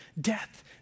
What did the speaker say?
Death